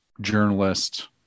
journalist